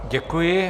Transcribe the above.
Děkuji.